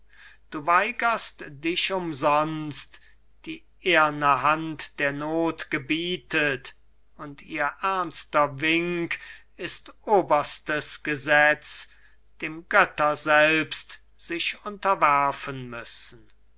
du weigerst dich umsonst die ehrne hand der noth gebietet und ihr ernster wink ist oberstes gesetz dem götter selbst sich unterwerfen müssen